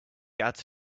out